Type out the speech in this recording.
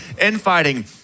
infighting